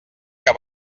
que